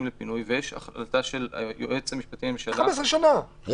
לפינוי ויש הנחיה של היועץ המשפטי לממשלה באשר